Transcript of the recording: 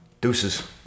deuces